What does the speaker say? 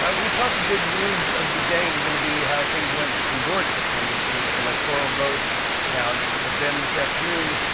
ah we thought the big news of the day was going to be how things went in georgia and with the electoral-vote count, but then this afternoon,